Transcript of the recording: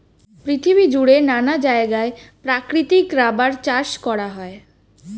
পৃথিবী জুড়ে নানা জায়গায় প্রাকৃতিক রাবার চাষ করা হয়